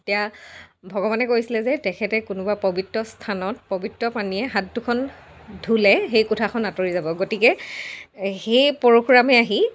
তেতিয়া ভগৱানে কৈছিলে যে তেখেতে কোনোবা পবিত্ৰ স্থানত পবিত্ৰ পানীয়ে হাত দুখন ধুলে সেই কুঠাৰখন আঁতৰি যাব গতিকে সেই পৰশুৰামে আহি